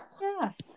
Yes